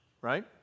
Right